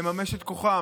לממש את כוחו.